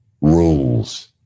rules